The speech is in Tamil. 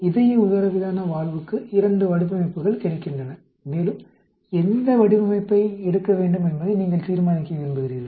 இதய உதரவிதான வால்வுக்கு இரண்டு வடிவமைப்புகள் கிடைக்கின்றன மேலும் எந்த வடிவமைப்பை எடுக்க வேண்டும் என்பதை நீங்கள் தீர்மானிக்க விரும்புகிறீர்கள்